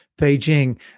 Beijing